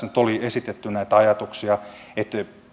nyt oli esitetty näitä ajatuksia että